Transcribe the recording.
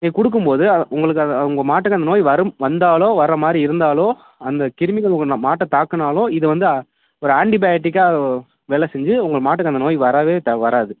நீங்கள் கொடுக்கும் போது உங்களுக்கு அதை உங்கள் மாட்டுக்கு அந்த நோய் வரும் வந்தாலோ வர்ற மாதிரி இருந்தாலோ அந்த கிருமிகள் உங்கள் நான் மாட்டை தாக்கினாலோ இது வந்து ஒரு ஆண்டிபயாடிக்காக வேலை செஞ்சு உங்கள் மாட்டுக்கு அந்த நோய் வர்றவே ட வர்றாது